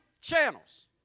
channels